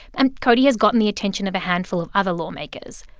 and cody has gotten the attention of a handful of other lawmakers.